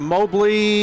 Mobley